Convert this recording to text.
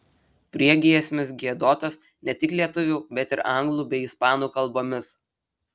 priegiesmis giedotas ne tik lietuvių bet ir anglų bei ispanų kalbomis